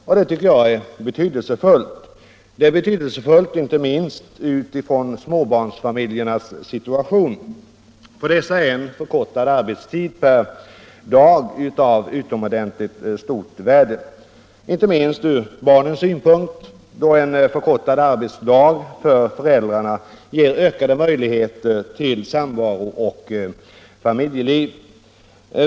Och det tycker jag är betydelsefullt, inte minst utifrån småbarnsfamiljernas situation. För dessa är en förkortad arbetstid per dag av utomordentligt stort värde, inte minst ur barnens synpunkt, då en förkortad arbetsdag för föräldrarna ger ökade möjligheter till samvaro och familjeliv.